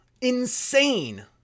Insane